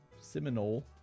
Seminole